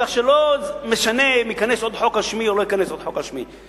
כך שלא משנה אם ייכנס עוד חוק על שמי או לא ייכנס עוד חוק על שמי.